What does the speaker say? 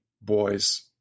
boy's